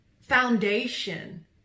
foundation